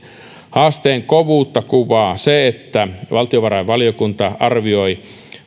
haasteen kovuutta kuvaa se että valtiovarainvaliokunta arvioi